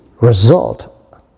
result